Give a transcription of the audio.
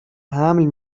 حمل